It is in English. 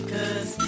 Cause